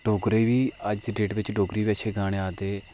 डोगरे बी अज्ज दे डेट च डोगरी बी अच्छे गाने आरदे